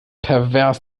pervers